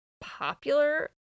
popular